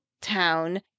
town